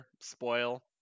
spoil